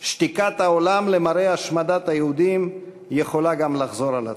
שתיקת העולם למראה השמדת היהודים יכולה לחזור על עצמה.